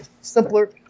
Simpler